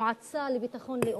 זאת היתה המועצה לביטחון לאומי,